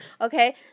Okay